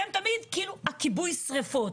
אתם תמיד כאילו כיבוי השריפות.